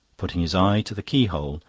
putting his eye to the keyhole,